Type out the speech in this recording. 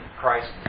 Christ